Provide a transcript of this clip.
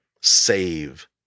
save